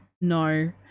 no